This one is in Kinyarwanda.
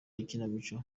ikinamico